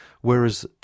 whereas